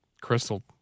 Crystal